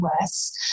worse